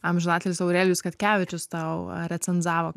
amžinatilsį aurelijus katkevičius tau recenzavo